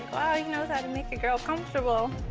knows how to make a girl comfortable.